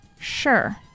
Sure